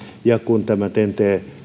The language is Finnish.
ja kun ten t